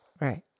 Right